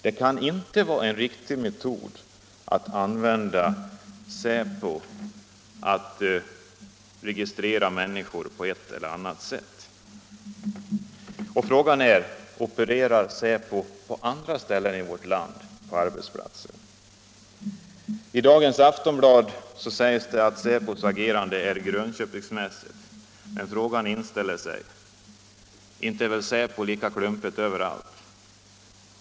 Det kan inte vara en riktig metod att använda Säpo till att registrera människor på ett eller annat sätt. Frågan är: Opererar Säpo på arbetsplatser på andra håll i vårt land? I dagens Aftonblad sägs att Säpos agerande är Grönköpingsmässigt. Men frågan inställer sig, om Säpo är lika klumpig överallt.